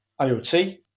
iot